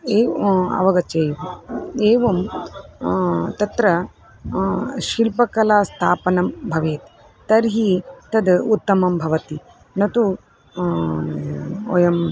एव अवगच्छेयुः एवं तत्र शिल्पकलास्थापनं भवेत् तर्हि तद् उत्तमं भवति न तु वयम्